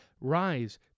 Rise